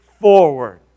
forward